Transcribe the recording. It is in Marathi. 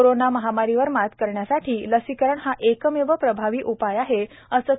कोरोना महामारीवर मात करण्यासाठी लसीकरण हा एकमेव प्रभावी उपाय आहे असे श्री